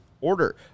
order